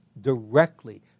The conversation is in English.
directly